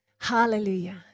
Hallelujah